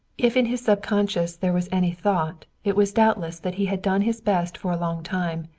if in his subconsciousness there was any thought it was doubtless that he had done his best for a long time,